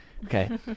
Okay